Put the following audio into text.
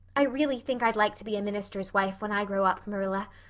i really think i'd like to be a minister's wife when i grow up, marilla.